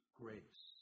grace